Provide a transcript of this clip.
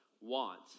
want